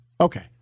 Okay